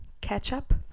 Ketchup